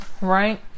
right